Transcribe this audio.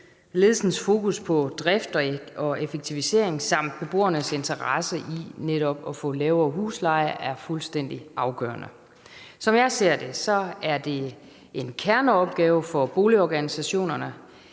ledelsens fokus på drift og effektivisering samt beboernes interesse i netop at få lavere husleje er fuldstændig afgørende. Som jeg ser det, er det en kerneopgave for boligorganisationerne.